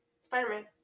Spider-Man